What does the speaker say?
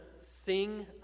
sing